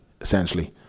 essentially